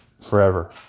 forever